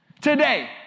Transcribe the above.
today